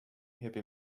happy